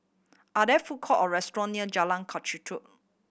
are there food court or restaurant near Jalan